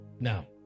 now